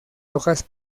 hojas